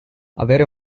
avere